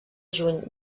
juny